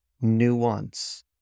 nuance